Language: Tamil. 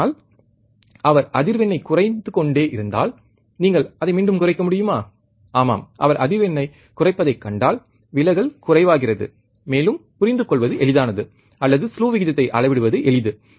ஆனால் அவர் அதிர்வெண்ணைக் குறைந்து கொண்டே இருந்தால் நீங்கள் அதை மீண்டும் குறைக்க முடியுமா ஆமாம் அவர் அதிர்வெண்ணைக் குறைப்பதைக் கண்டால் விலகல் குறைவாகிறது மேலும் புரிந்துகொள்வது எளிதானது அல்லது ஸ்லூ விகிதத்தை அளவிடுவது எளிது